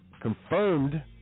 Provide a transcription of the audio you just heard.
confirmed